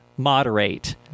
moderate